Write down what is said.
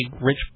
rich